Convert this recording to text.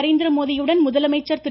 நரேந்திரமோடியுடன் முதலமைச்சர் திரு